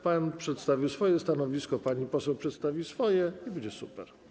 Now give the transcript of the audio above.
Pan przedstawił swoje stanowisko, pani poseł przedstawi swoje i będzie super.